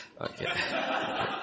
Okay